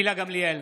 גילה גמליאל,